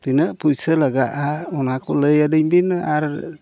ᱛᱤᱱᱟᱹᱜ ᱯᱩᱭᱥᱟᱹ ᱞᱟᱜᱟᱜᱼᱟ ᱚᱱᱟᱠᱚ ᱞᱟᱹᱭ ᱟᱹᱞᱤᱧ ᱵᱤᱱ ᱟᱨ